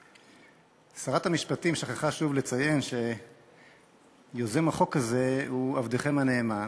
שרת המשפטים שכחה שוב לציין שיוזם החוק הזה הוא עבדכם הנאמן,